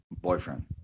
boyfriend